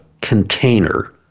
container